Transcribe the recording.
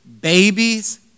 babies